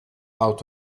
out